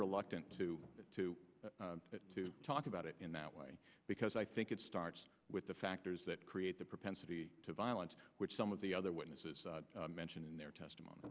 reluctant to to to talk about it in that way because i think it starts with the factors that create the propensity to violence which some of the other witnesses mentioned in their testimony